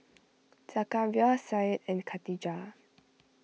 Zakaria Syed and Katijah